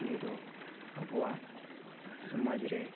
ᱠᱩᱞᱤ ᱫᱚ ᱟᱵᱚᱣᱟᱜ ᱥᱚᱢᱟᱡᱽ ᱨᱮ